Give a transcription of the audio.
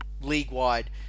league-wide